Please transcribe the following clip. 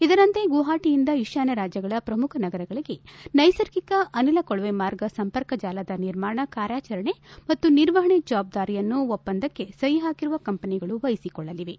ಇದರಂತೆ ಗುವಾಹಟಿಯಿಂದ ಈಶಾನ್ಯ ರಾಜ್ಲಗಳ ಪ್ರಮುಖ ನಗರಗಳಿಗೆ ನ್ಸೆಸರ್ಗಿಕ ಅನಿಲ ಕೊಳವೆಮಾರ್ಗ ಸಂಪರ್ಕಜಾಲದ ನಿರ್ಮಾಣ ಕಾರ್ಯಾಚರಣೆ ಮತ್ತು ನಿರ್ವಹಣೆ ಜವಾಬ್ದಾರಿಯನ್ನು ಒಪ್ಪಂದಕ್ಕೆ ಸಹಿ ಹಾಕಿರುವ ಕಂಪನಿಗಳು ವಹಿಸಿಕೊಳ್ಳಲಿವೆ